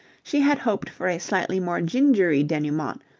she had hoped for a slightly more gingery denouement,